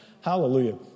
Hallelujah